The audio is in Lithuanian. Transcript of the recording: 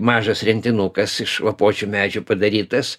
mažas rentinukas iš lapuočių medžių padarytas